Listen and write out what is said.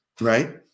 right